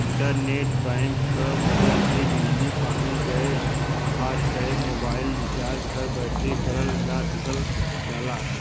internet bank क मदद से बिजली पानी गैस फास्टैग मोबाइल रिचार्ज घर बैठे करल जा सकल जाला